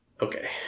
Okay